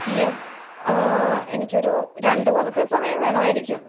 ഈ എനിക്കൊരു രണ്ടു കൊല്ലത്തെ സമയം വേണമായിരിക്കും